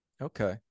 okay